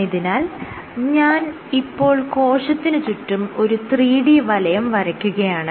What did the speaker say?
ആയതിനാൽ ഞാൻ ഇപ്പോൾ കോശത്തിന് ചുറ്റും ഒരു 3D വലയം വരയ്ക്കുകയാണ്